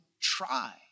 try